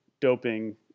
doping